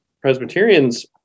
Presbyterians